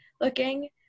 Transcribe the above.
looking